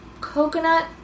coconut